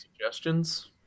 suggestions